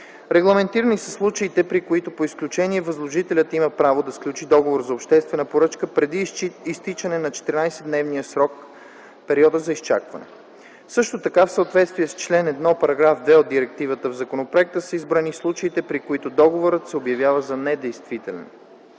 Регламентирани са случаите, при които по изключение възложителят има право да сключи договор за обществена поръчка преди изтичане на 14-дневния срок (периода на изчакване). Също така, в съответствие с чл. 1, § 2 от директивата, в законопроекта са изброени случаите, при които договорът се обявява за недействителен.